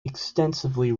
extensively